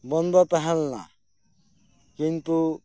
ᱵᱚᱱᱫᱚ ᱛᱟᱦᱮᱸ ᱞᱮᱱᱟ ᱠᱤᱱᱛᱩ